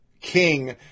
King